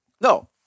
No